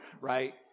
right